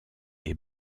est